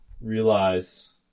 realize